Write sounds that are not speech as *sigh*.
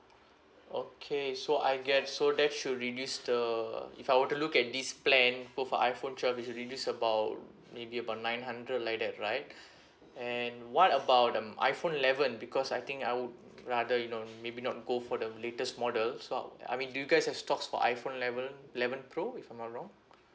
okay so I get so that should reduce the if I were to look at this plan go for iphone twelve it will reduce about maybe about nine hundred like that right *breath* and what about um iphone eleven because I think I would rather you know maybe not go for the latest model so I'll I mean do you guys have stocks for iphone eleven eleven pro if I'm not wrong